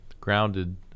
grounded